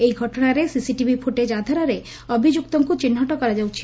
ଏହି ଘଟଣାରେ CCTV footage ଆଧାରରେ ଅଭିଯୁକ୍ତଙ୍କୁ ଚିହ୍ବଟ କରାଯାଉଛି